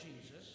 Jesus